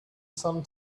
some